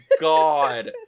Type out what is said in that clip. God